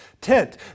tent